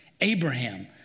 Abraham